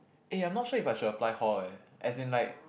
eh I'm not sure if I should apply hall as in like